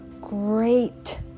great